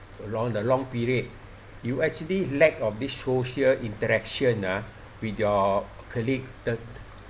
the long the long period you actually lack of this social interaction ah with your colleague the